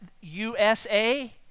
USA